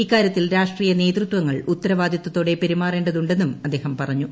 ഇക്കാര്യത്തിൽ രാഷ്ട്രീയ നേതൃത്വങ്ങൾ ഉത്തരവാദിത്തത്തോടെ പെരുമാറേണ്ടതുണ്ടെന്നും അദ്ദേഹം പറഞ്ഞു